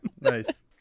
nice